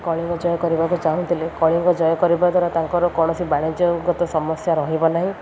କଳିଙ୍ଗ ଜୟ କରିବାକୁ ଚାହୁଁଥିଲେ କଳିଙ୍ଗ ଜୟ କରିବା ଦ୍ୱାରା ତାଙ୍କର କୌଣସି ବାଣିଜ୍ୟଗତ ସମସ୍ୟା ରହିବ ନାହିଁ